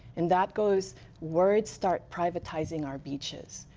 and that goes words start privatizing our beaches.